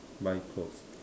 buy clothes